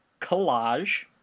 collage